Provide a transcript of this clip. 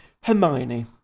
Hermione